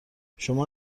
شما